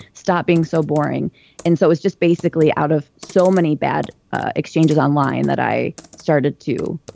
stop being so boring and so it was just basically out of so many bad exchanges online that i started to